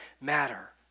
matter